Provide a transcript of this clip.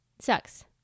sucks